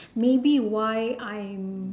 maybe why I'm